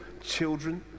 children